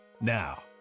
Now